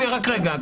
רק רגע,